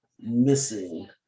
missing